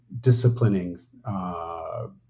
disciplining